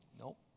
Nope